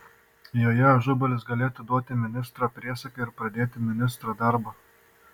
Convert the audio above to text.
joje ažubalis galėtų duoti ministro priesaiką ir pradėti ministro darbą